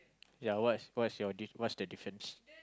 ya what what's your what's the difference